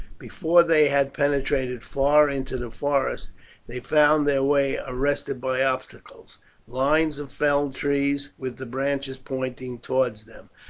before they had penetrated far into the forest they found their way arrested by obstacles lines of felled trees with the branches pointing towards them,